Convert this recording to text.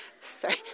Sorry